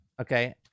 Okay